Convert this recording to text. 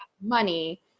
money